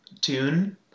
tune